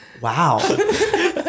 Wow